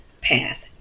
Path